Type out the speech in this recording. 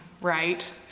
right